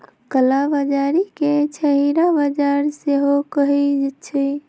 कला बजारी के छहिरा बजार सेहो कहइ छइ